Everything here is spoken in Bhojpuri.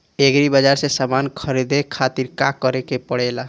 एग्री बाज़ार से समान ख़रीदे खातिर का करे के पड़ेला?